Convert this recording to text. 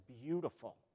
beautiful